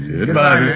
Goodbye